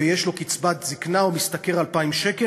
ויש לו קצבת זיקנה והוא משתכר 2,000 שקל,